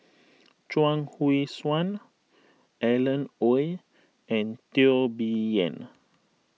Chuang Hui Tsuan Alan Oei and Teo Bee Yen